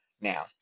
Now